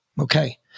okay